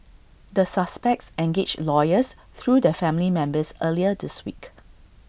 the suspects engaged lawyers through their family members earlier this week